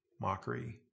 mockery